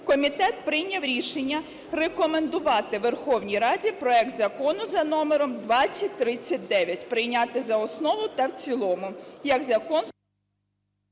комітет прийняв рішення рекомендувати Верховній Раді проект Закону за номером 2039 прийняти за основу та в цілому. ГОЛОВУЮЧИЙ.